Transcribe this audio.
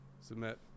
Submit